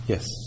Yes